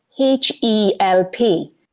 H-E-L-P